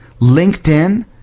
LinkedIn